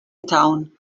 town